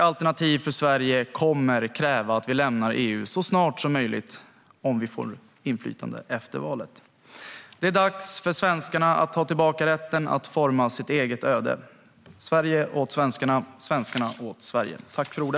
Alternativ för Sverige kommer att kräva att vi lämnar EU så snart som möjligt om vi får inflytande efter valet. Det är dags för svenskarna att ta tillbaka rätten att forma sitt eget öde. Sverige åt svenskarna, svenskarna åt Sverige!